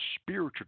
spiritual